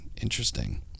interesting